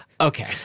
Okay